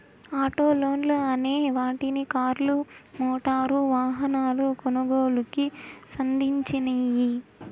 auto లోన్లు అనే వాటిని కార్లు, మోటారు వాహనాల కొనుగోలుకి సంధించినియ్యి